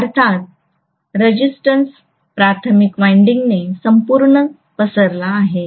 अर्थात रेजिस्टन्स प्राथमिक विंडींग ने संपूर्ण पसरला आहे